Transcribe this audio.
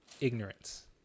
ignorance